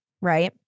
right